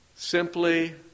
Simply